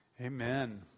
Amen